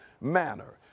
manner